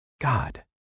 God